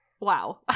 wow